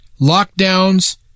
Lockdowns